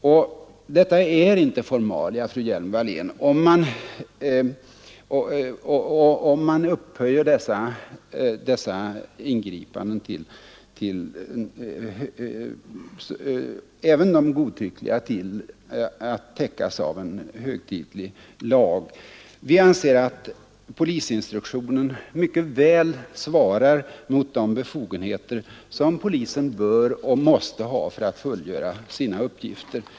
Och det är inte formalia, fru Hjelm-Wallén, om man upphöjer dessa ingripanden — även de mest godtyckliga — till att täckas av en högtidlig lag. Vi anser att polisinstruktionen mycket väl svarar mot de befogenheter som polisen bör och måste ha för att fullgöra sina uppgifter.